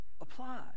apply